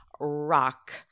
rock